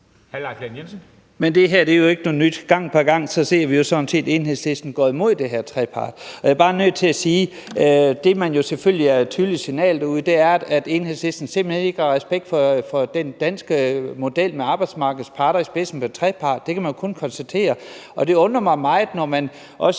(S): Men det her er jo ikke noget nyt. Gang på gang ser vi sådan set Enhedslisten gå imod det her trepart. Og jeg er bare nødt til at sige, at det, man jo selvfølgelig sender ud som et tydeligt signal, er, at Enhedslisten simpelt hen ikke har respekt for den danske model med arbejdsmarkedets parter i spidsen ved trepart. Det kan man kun konstatere, og det undrer mig meget, når man også